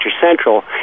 Central